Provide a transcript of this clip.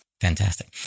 Fantastic